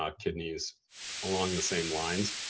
ah kidneys along the same lines.